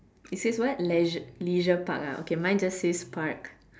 it says what Leisure Leisure Park ah okay mine just says Park